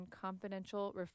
confidential